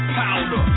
powder